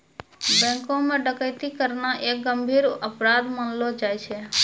बैंको म डकैती करना एक गंभीर अपराध मानलो जाय छै